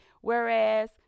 Whereas